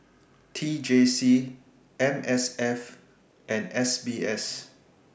T J C M S F and S B S